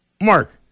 Mark